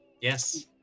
Yes